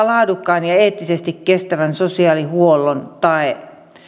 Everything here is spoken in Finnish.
laadukkaan ja eettisesti kestävän sosiaalihuollon tae